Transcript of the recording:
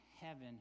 heaven